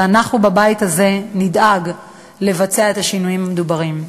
ואנחנו בבית הזה נדאג לבצע את השינויים המדוברים.